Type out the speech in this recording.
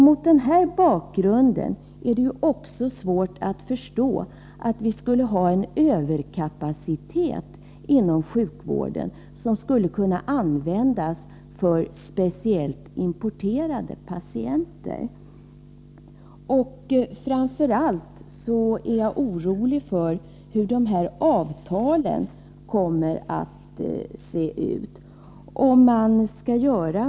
Mot den här bakgrunden är det svårt att förstå att vi inom sjukvården skulle ha en överkapacitet som skulle kunna användas för speciellt importerade patienter. Det jag framför allt är orolig för är hur de avtal som skall upprättas kommer att se ut.